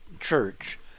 Church